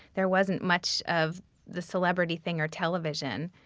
there wasn't much of the celebrity thing or television,